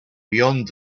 beyond